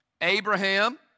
Abraham